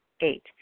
Eight